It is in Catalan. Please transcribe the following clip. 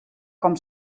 com